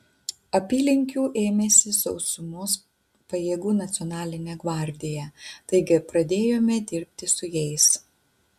apylinkių ėmėsi sausumos pajėgų nacionalinė gvardija taigi pradėjome dirbti su jais